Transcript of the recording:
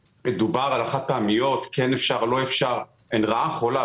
דובר על הסיגריות החד פעמיות, בגדול הן רעה חולה.